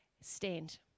stand